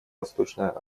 восточная